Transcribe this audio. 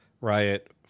Riot